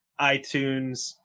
iTunes